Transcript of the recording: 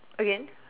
again